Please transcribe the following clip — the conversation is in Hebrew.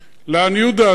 לעניות דעתי,